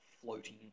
floating